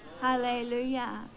hallelujah